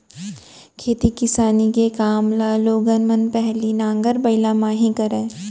खेती किसानी के काम ल लोगन मन पहिली नांगर बइला म ही करय